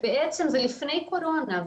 עוד לפני הקורונה,